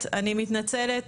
מתנצלת